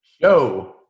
Show